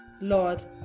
Lord